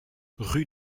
rue